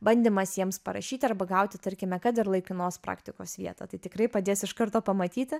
bandymas jiems parašyti arba gauti tarkime kad ir laikinos praktikos vietą tai tikrai padės iš karto pamatyti